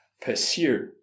pursue